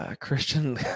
Christian